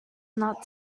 not